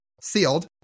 sealed